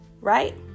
Right